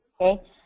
okay